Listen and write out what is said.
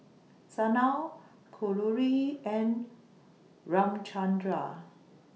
Sanal Kalluri and Ramchundra